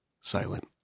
silent